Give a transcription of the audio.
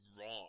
wrong